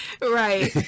Right